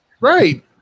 Right